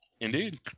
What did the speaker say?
Indeed